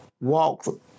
walk